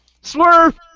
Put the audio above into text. swerve